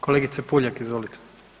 Kolegice Puljak, izvolite.